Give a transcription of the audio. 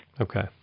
Okay